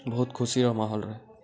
ବହୁତ ଖୁସିର ମାହୋଲ ରୁହେ